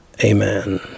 Amen